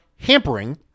hampering